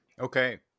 Okay